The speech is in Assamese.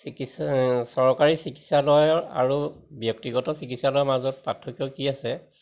চিকিৎসা চৰকাৰী চিকিৎসালয়ৰ আৰু ব্যক্তিগত চিকিৎসালয়ৰ মাজত পাৰ্থক্য কি আছে